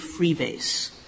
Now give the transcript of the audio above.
freebase